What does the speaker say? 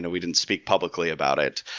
ah we didn't speak publicly about it.